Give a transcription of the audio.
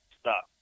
Stop